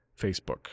Facebook